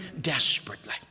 desperately